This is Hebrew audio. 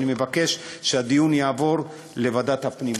אני מבקש שהדיון יעבור לוועדת הפנים.